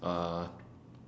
uh